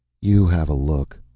you have a look,